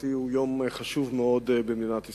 להערכתי הוא יום חשוב מאוד במדינת ישראל.